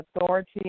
Authority